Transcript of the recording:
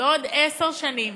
בעוד עשר שנים,